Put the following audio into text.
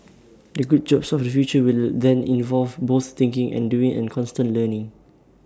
the good jobs of the future will then involve both thinking and doing and constant learning